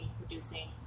producing